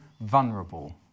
vulnerable